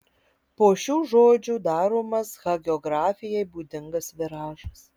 po šių žodžių daromas hagiografijai būdingas viražas